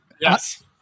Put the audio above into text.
Yes